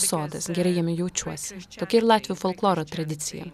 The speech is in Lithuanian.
sodas jame jaučiuosi tokia ir latvių folkloro tradicija